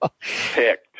picked